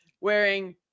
wearing